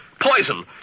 Poison